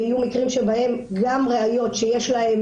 ויהיו מקרים שבהם גם ראיות שיש להן